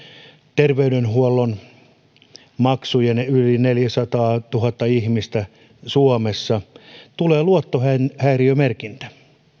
terveydenhuollon maksujen takia yli neljäsataatuhatta ihmistä suomessa tulee luottohäiriömerkintä